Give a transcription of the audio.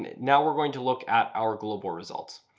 now we're going to look at our global results.